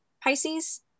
Pisces